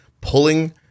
pulling